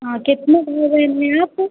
हाँ कितने भाई बहन हैं आप